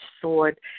sword